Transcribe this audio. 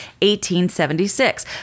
1876